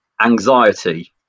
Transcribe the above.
anxiety